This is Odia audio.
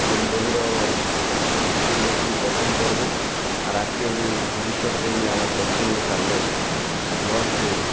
ଯେନ୍ ବହିର କି ଲୋକ ବି ପସନ୍ଦ କରବେ ଆର୍ ଆଗକେ ବି ଭବିଷ୍ୟତରେ ବି ଆମ ପଶ୍ଚିମ ଓଡ଼ିଶାର ଲୋକ ଭଲସେ